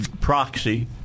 proxy